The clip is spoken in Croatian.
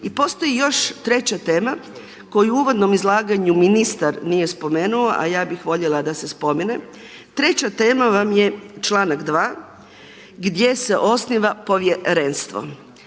I postoji još treća tema koju u uvodnom izlaganju ministar nije spomenuo a ja bih voljela da se spomene, treća tema vam je članak 2. gdje se osniva povjerenstvo.